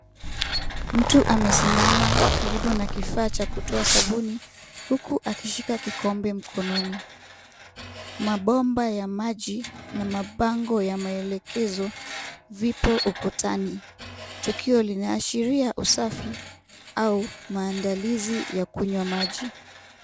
Mtu amesimama karibu na kifaa cha kutoa sabuni huku akishika kikombe mkononi. Mabomba ya maji na mabango ya maelekezo vipo ukutani. Tukio linaashiria usafi au maandalizi ya kunywa maji.